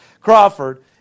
Crawford